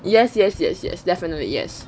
yes yes yes yes definitely yes